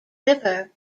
river